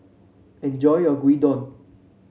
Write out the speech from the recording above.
enjoy your Gyudon